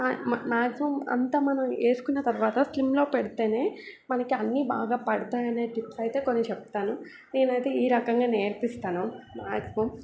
maximum అంతా మనం వేసుకున్న తర్వాత స్లిమ్లో పెడితేనే మనకి అన్నీ బాగా పడతాయి అనే టిప్స్ అయితే కొన్ని చెప్తాను నేనైతే ఈ రకంగా నేర్పిస్తాను మ్యాగ్జిమం